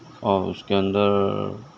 اور اس کے اندر